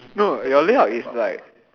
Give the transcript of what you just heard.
no your layup is like